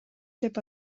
деп